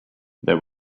there